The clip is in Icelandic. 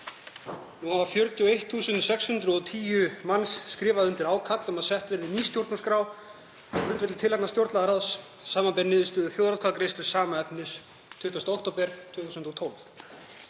Nú hafa 41.610 manns skrifað undir ákall um að sett verði ný stjórnarskrá á grundvelli tillagna stjórnlagaráðs, samanber niðurstöðu þjóðaratkvæðagreiðslu sama efnis 20. október 2012.